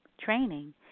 training